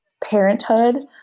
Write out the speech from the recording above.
parenthood